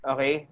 Okay